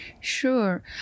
Sure